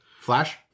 flash